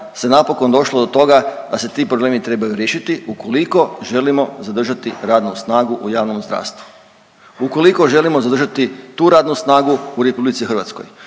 se napokon došlo do toga da se ti problemi trebaju riješiti ukoliko želimo zadržati radnu snagu u javnom zdravstvu, ukoliko želimo zadržati tu radnu snagu u RH, ukoliko